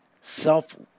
self